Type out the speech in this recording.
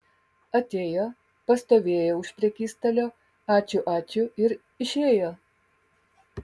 atėjo pastovėjo už prekystalio ačiū ačiū ir išėjo